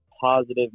positive